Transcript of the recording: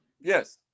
Yes